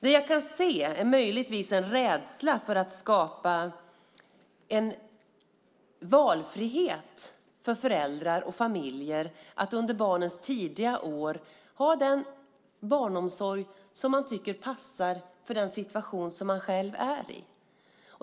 Det jag kan se är möjligtvis en rädsla för att skapa en valfrihet för föräldrar och familjer att under barnens tidiga år ha den barnomsorg som man tycker passar den situation man själv är i.